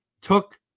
took